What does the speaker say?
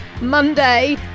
Monday